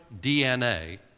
DNA